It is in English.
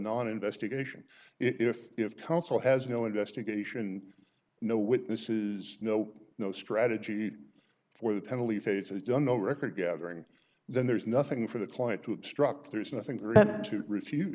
an on investigation if you have counsel has no investigation no witnesses no no strategy for the penalty phase is done no record gathering then there's nothing for the client to obstruct there's nothing to refute